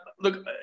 look